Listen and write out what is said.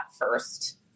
first